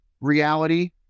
reality